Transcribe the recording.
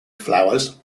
flowers